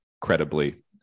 credibly